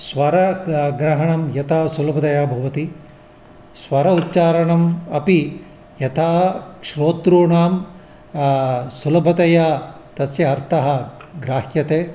स्वरग्रहणं यता सुलभतया भवति स्वरोच्चारणम् अपि यदा श्रोतॄणाम् सुलभतया तस्य अर्थः ग्राह्यते